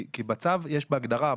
כי בצו יש הגדרה,